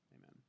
amen